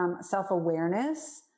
self-awareness